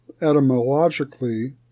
etymologically